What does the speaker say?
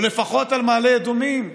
או לפחות על מעלה אדומים,